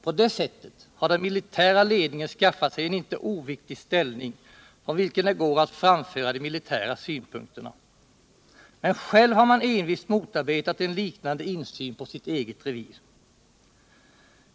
På det sättet har den militära ledningen skaffat sig en inte oviktig ställning, från vilken det går att framföra de militära synpunkterna. Men själv har man envist motarbetat en liknande insyn på sitt eget revir.